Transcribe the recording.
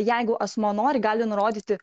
jeigu asmuo nori gali nurodyti